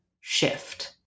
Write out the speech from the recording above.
shift